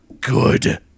Good